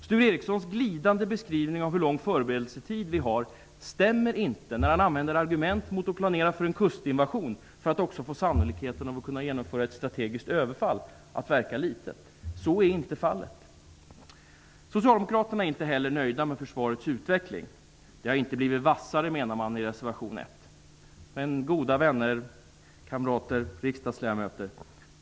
Sture Ericsons glidande beskrivning av hur lång förberedelsetid vi har stämmer inte när han använder argument mot att planera för en kustinvasion för att också få sannolikheten att verka liten när det gäller att kunna genomföra ett strategiskt överfall. Så är inte fallet. Socialdemokraterna är inte heller nöjda med försvarets utveckling. Det har inte blivit vassare, menar man i reservation nr 1. Men goda vänner, kamrater, riksdagsledamöter!